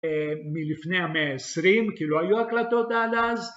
מלפני המאה ה-20, כי לא היו הקלטות עד אז